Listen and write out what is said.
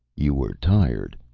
you were tired,